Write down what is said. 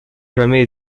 jamais